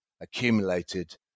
accumulated